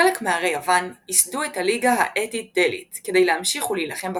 חלק מערי יוון יסדו את הליגה האטית-דלית כדי להמשיך ולהילחם בפרסים.